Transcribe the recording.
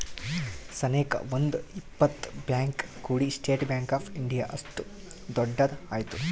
ಸನೇಕ ಒಂದ್ ಇಪ್ಪತ್ ಬ್ಯಾಂಕ್ ಕೂಡಿ ಸ್ಟೇಟ್ ಬ್ಯಾಂಕ್ ಆಫ್ ಇಂಡಿಯಾ ಇಷ್ಟು ದೊಡ್ಡದ ಆಯ್ತು